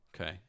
Okay